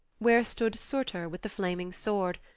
where stood surtur with the flaming sword,